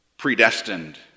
predestined